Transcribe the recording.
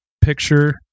Picture